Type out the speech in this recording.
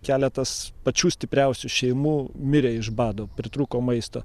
keletas pačių stipriausių šeimų mirė iš bado pritrūko maisto